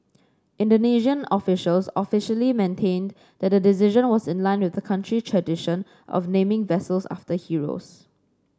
Indonesian officials official maintained that the decision was in line with the country's tradition of naming vessels after heroes